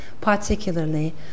particularly